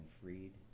Freed